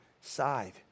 side